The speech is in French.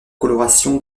coloration